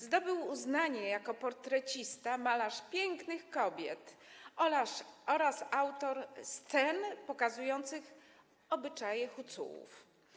Zdobył uznanie jako portrecista, malarz pięknych kobiet oraz autor scen pokazujących obyczaje Hucułów.